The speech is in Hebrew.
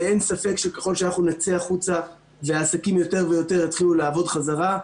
ואין ספק שככל שאנחנו נצא החוצה והעסקים יותר ויותר יתחילו לעבוד חזרה,